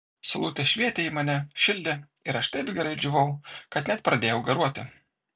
saulutė švietė į mane šildė ir aš taip gerai džiūvau kad net pradėjau garuoti